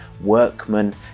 workmen